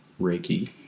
Reiki